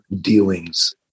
dealings